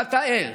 תחת האל,